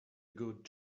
good